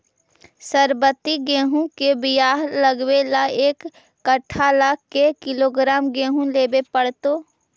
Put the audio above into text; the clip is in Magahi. सरबति गेहूँ के बियाह लगबे ल एक कट्ठा ल के किलोग्राम गेहूं लेबे पड़तै?